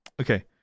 okay